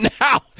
now